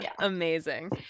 Amazing